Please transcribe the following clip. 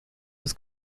bis